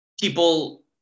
people